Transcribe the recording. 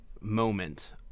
moment